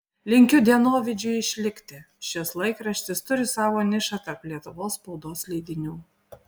linkiu dienovidžiui išlikti šis laikraštis turi savo nišą tarp lietuvos spaudos leidinių